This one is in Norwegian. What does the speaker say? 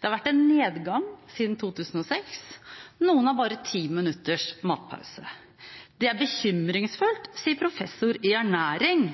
Det har vært en nedgang siden 2006. Noen har bare 10 minutters matpause. «Det er bekymringsfullt», sier professor i ernæring,